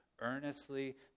earnestly